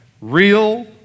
real